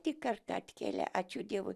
tik kartą atkelė ačiū dievui